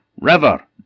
River